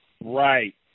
Right